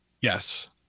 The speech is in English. Yes